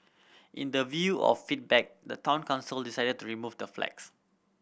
in the view of feedback the Town Council decided to remove the flags